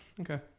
Okay